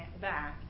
back